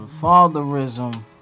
fatherism